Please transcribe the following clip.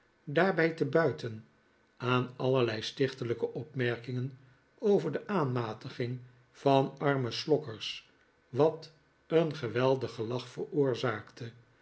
daarbij te buiten aan allerlei stichtelijke opmerkingen over de aanmatiging van arme slokkers wat een geweldig gelach veroorzaakte